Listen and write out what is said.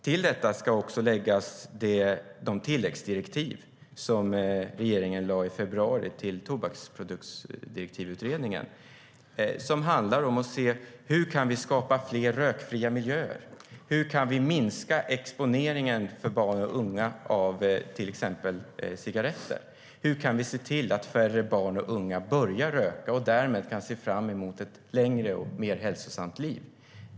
Till detta ska också läggas de tilläggsdirektiv som regeringen lade fram i februari till Utredningen om genomförande av EU:s tobaksdirektiv, som handlar om att se hur vi kan skapa fler rökfria miljöer, hur vi kan minska exponeringen för barn och unga av till exempel cigaretter och hur vi kan se till att färre barn och unga börjar röka och därmed kan se fram emot ett längre och mer hälsosamt liv.